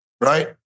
right